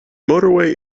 motorway